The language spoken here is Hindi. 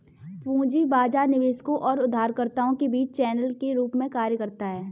पूंजी बाजार निवेशकों और उधारकर्ताओं के बीच चैनल के रूप में कार्य करता है